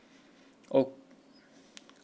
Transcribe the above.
oh